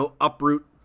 uproot